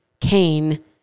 Cain